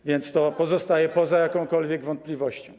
A więc to pozostaje poza jakąkolwiek wątpliwością.